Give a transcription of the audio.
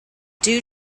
due